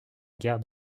guerre